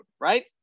right